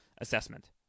assessment